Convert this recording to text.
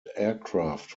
aircraft